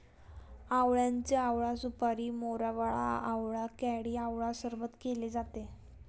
आवळ्याचे आवळा सुपारी, मोरावळा, आवळा कँडी आवळा सरबत केले जाते